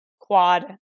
quad